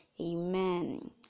Amen